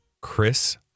Chris